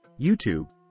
YouTube